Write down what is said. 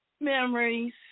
Memories